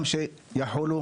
גם שיחולו